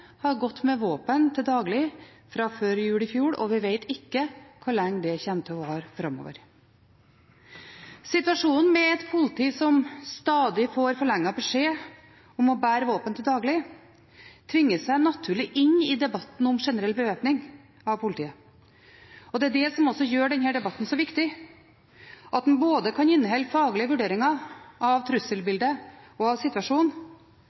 har gått med våpen til daglig siden før jul i fjor, og vi vet ikke hvor lenge det kommer til å vare. Situasjonen med et politi som stadig får forlenget beskjed om å bære våpen til daglig, tvinger seg naturlig inn i debatten om generell bevæpning av politiet. Det er det som også gjør denne debatten så viktig, at den kan inneholde både faglige vurderinger av trusselbildet og av situasjonen